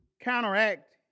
counteract